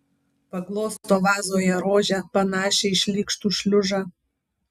paglosto vazoje rožę panašią į šlykštų šliužą